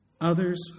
others